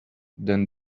then